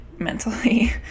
mentally